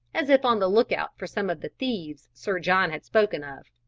as if on the look out for some of the thieves sir john had spoken of.